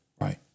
right